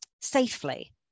safely